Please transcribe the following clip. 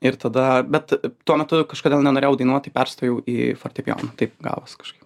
ir tada bet tuo metu kažkodėl nenorėjau dainuot tai perstojau į fortepijoną taip gavos kažkaip